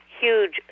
huge